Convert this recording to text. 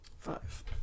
Five